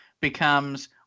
becomes